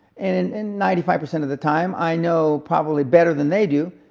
and and and ninety five percent of the time i know probably better than they do,